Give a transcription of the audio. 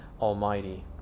Almighty